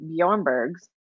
Bjornberg's